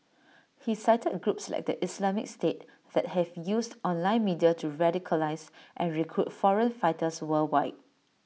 he cited groups like the Islamic state that have used online media to radicalise and recruit foreign fighters worldwide